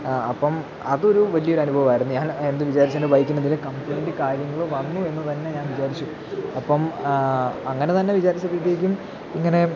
അപ്പോള് അതൊരു വലിയൊരു അനുഭവമായിരുന്നു ഞാൻ അന്ന് വിചാരിച്ചായിരുന്നു ബൈക്കിനെന്തേലും കംപ്ലെയിന്റ് കാര്യങ്ങളോ വന്നു എന്നു തന്നെ ഞാൻ വിചാരിച്ചു അപ്പോള് അങ്ങനെ തന്നെ വിചാരിച്ചപ്പോഴത്തേക്കും ഇങ്ങനെ